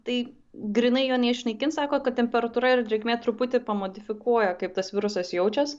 tai grynai jo neišnaikins sako kad temperatūra ir drėgmė truputį pamodifikuoja kaip tas virusas jaučias